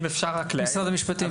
משרד המשפטים.